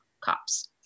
Cops